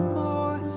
more